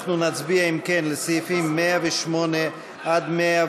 אם כן, אנחנו נצביע על סעיפים 108 112,